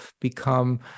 become